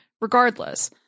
regardless